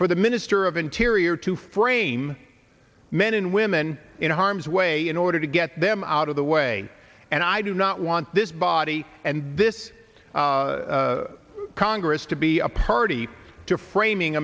for the minister of interior to frame men and women in harm's way in order to get them out of the way and i do not want this body and this congress to be a party to framing